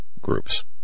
groups